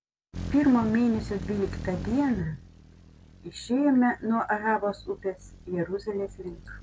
pirmo mėnesio dvyliktą dieną išėjome nuo ahavos upės jeruzalės link